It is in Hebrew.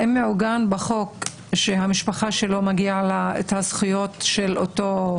האם מעוגן בחוק שלמשפחה מגיעות אותן זכויות של אותו נפגע?